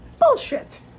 bullshit